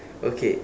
okay